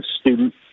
student